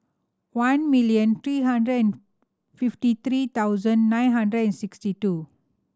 one million three hundred and fifty three thousand nine hundred and sixty two